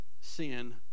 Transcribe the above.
sin